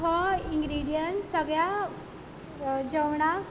हो इन्ग्रिडियंट सगळ्या जेवणाक